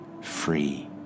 free